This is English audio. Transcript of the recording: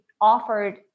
offered